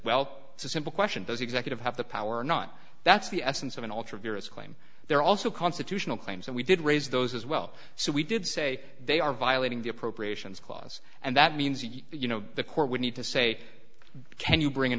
well it's a simple question does executive have the power or not that's the essence of an ultra vires claim there are also constitutional claims and we did raise those as well so we did say they are violating the appropriations clause and that means you know the court would need to say can you bring in